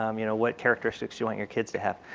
um you know what characteristics you want your kids to have.